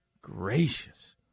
Gracious